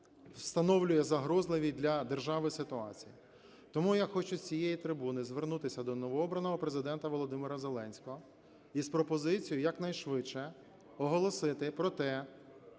встановлює загрозливі для держави ситуації. Тому я хочу з цієї трибуни звернутися до новообраного Президента Володимира Зеленського із пропозицією якнайшвидше оголосити про те,